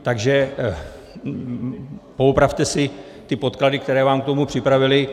Takže poopravte si ty podklady, které vám k tomu připravili.